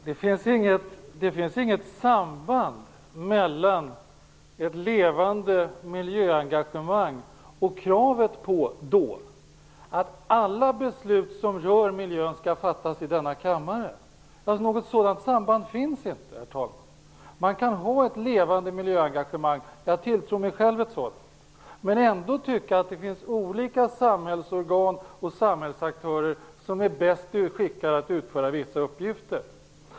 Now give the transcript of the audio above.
Herr talman! Det finns inget samband mellan ett levande miljöengagemang och kravet på att alla beslut som rör miljön skall fattas i denna kammare. Något sådant samband finns inte, herr talman. Man kan ha ett levande miljöengagemang - jag tilltror mig själv ett sådant - men ändå tycka att det finns olika samhällsorgan och samhällsaktörer som är bäst skickade att utföra vissa uppgifter.